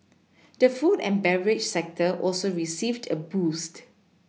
the food and beverage sector also received a boost